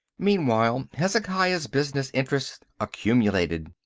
meanwhile hezekiah's business interests accumulated.